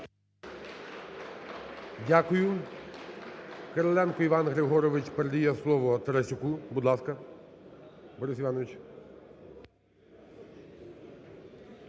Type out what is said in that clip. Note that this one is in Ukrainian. Дякую. Кириленко Іван Григорович передає слово Тарасюку. Будь ласка, Борис Іванович.